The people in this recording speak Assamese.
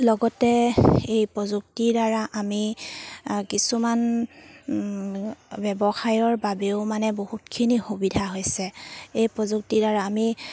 লগতে এই প্ৰযুক্তিৰ দ্বাৰা আমি কিছুমান ব্যৱসায়ৰ বাবেও মানে বহুতখিনি সুবিধা হৈছে এই প্ৰযুক্তিৰ দ্বাৰা আমি